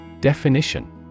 Definition